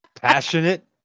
Passionate